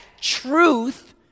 truth